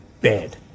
bad